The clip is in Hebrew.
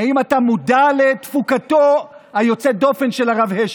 האם אתה מודע לתפוקתו היוצאת-דופן של הרב השל?